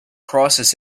crosses